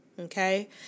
okay